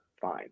fine